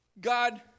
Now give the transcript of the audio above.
God